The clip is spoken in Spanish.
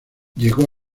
llegó